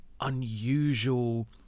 unusual